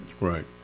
Right